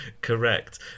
correct